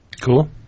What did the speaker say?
Cool